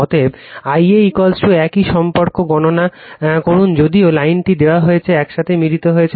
অতএব Ia একই সম্পর্ক গণনা করুন যদিও লাইনটি দেওয়া হয়েছে একসাথে মিলিত হয়েছে